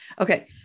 Okay